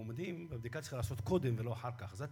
תודה,